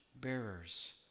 bearers